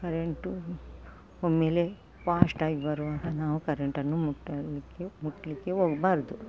current ಒಮ್ಮೆಲೆ ಫಾಶ್ಟಾಗಿ ಬರುವಾಗ ನಾವು ಕರೆಂಟನ್ನು ಮುಟ್ಟಲಿಕ್ಕೆ ಮುಟ್ಟಲಿಕ್ಕೆ ಹೋಗ್ಬಾರದು